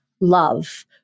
love